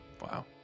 Wow